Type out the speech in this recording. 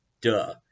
duh